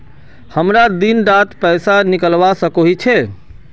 हमरा दिन डात पैसा निकलवा सकोही छै?